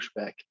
pushback